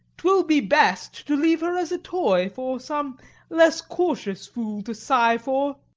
twill be best to leave her as a toy for some less cautious fool to sigh for!